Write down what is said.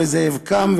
וזאב קם,